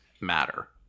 matter